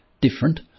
different